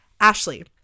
Ashley